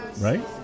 right